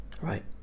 right